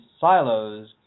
silos